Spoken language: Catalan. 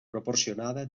proporcionada